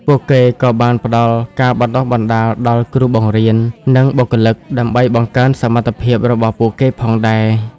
ពួកគេក៏បានផ្តល់ការបណ្តុះបណ្តាលដល់គ្រូបង្រៀន និងបុគ្គលិក ដើម្បីបង្កើនសមត្ថភាពរបស់ពួកគេផងដែរ។